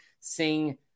sing